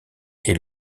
est